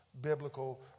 biblical